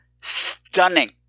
stunning